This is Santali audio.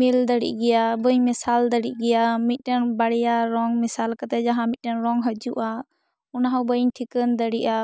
ᱢᱮᱹᱞ ᱫᱟᱲᱮᱜ ᱜᱮᱭᱟ ᱵᱟᱹᱧ ᱢᱮᱥᱟᱞ ᱫᱟᱲᱮᱜ ᱜᱮᱭᱟ ᱢᱤᱫᱴᱮᱱ ᱵᱟᱨᱭᱟ ᱨᱚᱝ ᱢᱮᱥᱟᱞ ᱠᱟᱛᱮ ᱡᱟᱦᱟᱸ ᱢᱤᱫᱴᱮᱱ ᱨᱚᱝ ᱦᱤᱡᱩᱜᱼᱟ ᱚᱱᱟ ᱦᱚᱸ ᱵᱟᱹᱧ ᱴᱷᱤᱠᱟᱹᱱ ᱫᱟᱲᱮᱜᱼᱟ